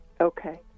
Okay